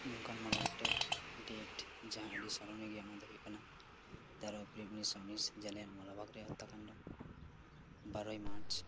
ᱱᱚᱝᱠᱟᱱ ᱢᱚᱬᱮ ᱜᱚᱴᱮᱱ ᱰᱮᱴ ᱡᱟᱦᱟᱸᱟᱹᱰᱤ ᱥᱚᱨᱚᱱᱤᱭᱚ ᱜᱮᱭᱟ ᱚᱱᱟ ᱫᱚ ᱦᱩᱭᱩᱜ ᱠᱟᱱᱟ ᱛᱮᱨᱚᱭ ᱯᱷᱮᱵᱽᱨᱩᱣᱟᱨᱤ ᱩᱱᱩᱤᱥᱥᱚ ᱩᱱᱱᱤᱥ ᱡᱟᱞᱤᱭᱟ ᱳᱭᱟᱞᱟᱵᱟᱜᱽ ᱨᱮᱭᱟᱜ ᱦᱚᱛᱛᱟ ᱠᱟᱱᱰᱚ ᱵᱟᱨᱚᱭ ᱢᱟᱨᱪ